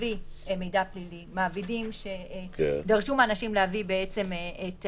להביא מידע פלילי למעביד שלהם כדי